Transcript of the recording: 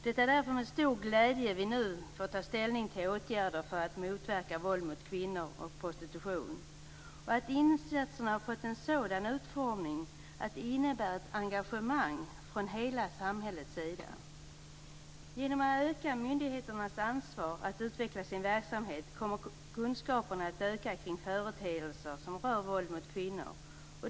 Det är därför med stor glädje vi nu får ta ställning till åtgärder för att motverka våld mot kvinnor och prostitution. Insatserna har fått en sådan utformning att de innebär ett engagemang från hela samhällets sida. Genom att öka myndigheternas ansvar att utveckla sin verksamhet kommer kunskaperna att öka kring företeelser som rör våld mot kvinnor.